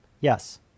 Yes